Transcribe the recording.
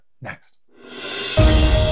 next